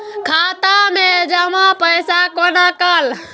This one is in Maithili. खाता मैं जमा पैसा कोना कल